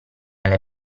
alle